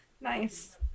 Nice